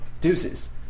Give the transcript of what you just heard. Deuces